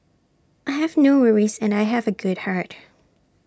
I have no worries and I have A good heart